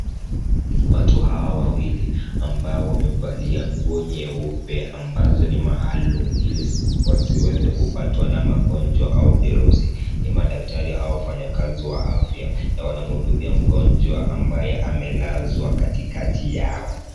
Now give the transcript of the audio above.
Watu hawa wawili ambao wamevalia nguo nyeupe ambazo ni maalum ili wasiweze kupatwa na magonjwa au virusi ni madaktari au wafanyakazi wa afya na wanamhudumia mgonjwa ambaye amelazwa katikati yao.